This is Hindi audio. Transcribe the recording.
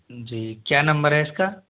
जी क्या नंबर है इसका